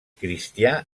cristià